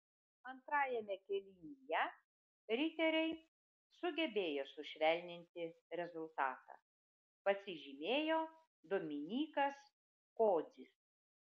antrajame kėlinyje riteriai sugebėjo sušvelninti rezultatą pasižymėjo dominykas kodzis